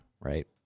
right